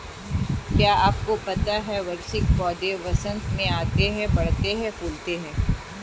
क्या आपको पता है वार्षिक पौधे वसंत में आते हैं, बढ़ते हैं, फूलते हैं?